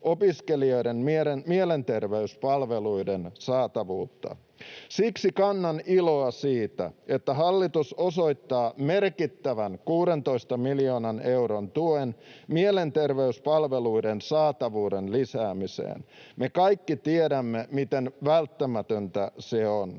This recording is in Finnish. opiskelijoiden mielenterveyspalveluiden saatavuutta. Siksi kannan iloa siitä, että hallitus osoittaa merkittävän 16 miljoonan euron tuen mielenterveyspalveluiden saatavuuden lisäämiseen. Me kaikki tiedämme, miten välttämätöntä se on.